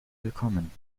willkommen